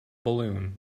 balloon